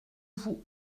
vous